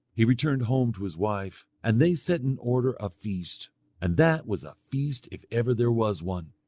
he returned home to his wife, and they set in order a feast and that was a feast if ever there was one,